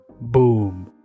Boom